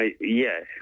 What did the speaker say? Yes